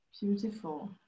Beautiful